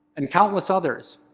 and countless others,